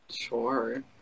Sure